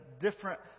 different